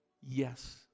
Yes